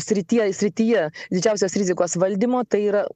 sritie srityje didžiausios rizikos valdymo tai yra